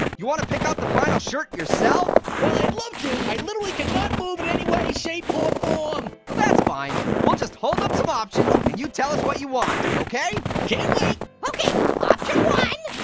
you wanna pick out the final shirt yourself? while i'd love to, i literally cannot move in any way, shape, or form. well that's fine, we'll just hold up some options and you tell us what you want. okay? can't wait. okay, option one.